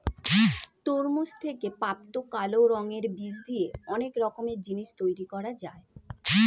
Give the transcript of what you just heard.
তরমুজ থেকে প্রাপ্ত কালো রঙের বীজ দিয়ে অনেক রকমের জিনিস তৈরি করা যায়